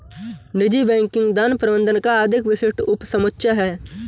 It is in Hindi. निजी बैंकिंग धन प्रबंधन का अधिक विशिष्ट उपसमुच्चय है